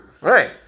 Right